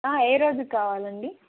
ఏ రోజుకి కావాలండి